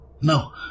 no